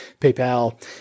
PayPal